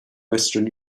western